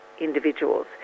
individuals